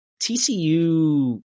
TCU